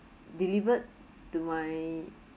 delivered to my